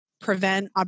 prevent